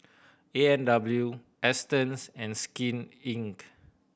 A and W Astons and Skin Inc